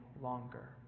longer